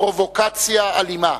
פרובוקציה אלימה.